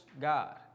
God